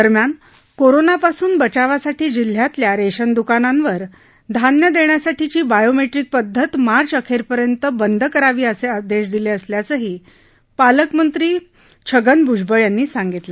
दरम्यान कोरोनापासून बचावासाठी जिल्ह्यातल्या रेशन दुकानांवर धान्य देण्यासाठीची बायोमेट्रिक पद्धत मार्च अखेरपर्यंत बंद करावी असे आदेश दिले असल्याचंही पालकमंत्री भुजबळ यांनी नाशिकमध्ये बातमीदारांशी बोलताना सांगितलं